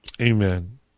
amen